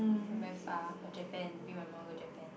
somewhere far or Japan bring my mum go Japan